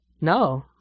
No